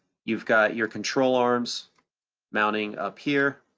you've got your control arms mounting up here,